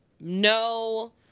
no